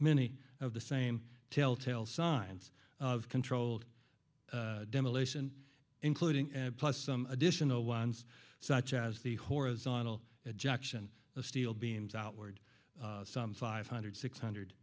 many of the same telltale signs of controlled demolition including plus some additional ones such as the horizontal objection of steel beams outward some five hundred six hundred